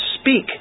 speak